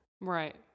Right